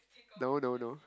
no no no